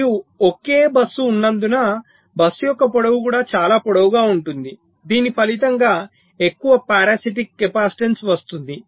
మరియు ఒకే బస్సు ఉన్నందున బస్సు యొక్క పొడవు కూడా చాలా పొడవుగా ఉంటుంది దీని ఫలితంగా ఎక్కువ పారాసిటిక్ కెపాసిటెన్స్ వస్తుంది